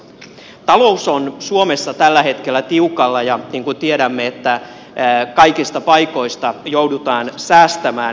talous on suomessa tällä hetkellä tiukalla ja niin kuin tiedämme kaikista paikoista joudutaan säästämään